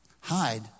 hide